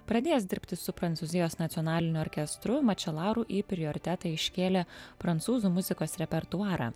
pradės dirbti su prancūzijos nacionaliniu orkestru mačelaru į prioritetą iškėlė prancūzų muzikos repertuarą